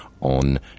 on